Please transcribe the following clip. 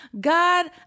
God